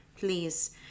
Please